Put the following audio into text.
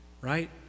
right